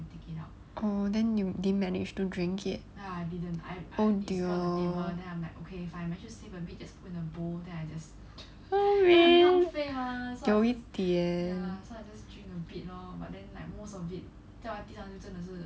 oh then you didn't manage to drink it oh dear oh 留一点